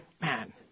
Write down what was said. Man